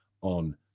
on